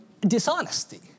dishonesty